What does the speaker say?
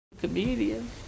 Comedian